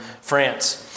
France